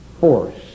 force